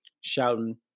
shouting